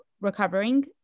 recovering